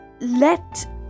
let